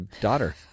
daughter